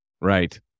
Right